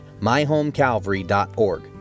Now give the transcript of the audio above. myhomecalvary.org